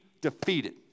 defeated